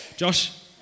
Josh